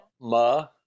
Ma